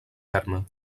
terme